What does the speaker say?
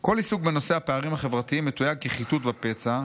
כל עיסוק בנושא הפערים החברתיים מתויג כ'חיטוט בפצע',